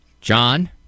John